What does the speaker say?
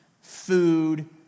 food